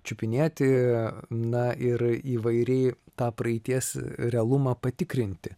čiupinėti na ir įvairiai tą praeities realumą patikrinti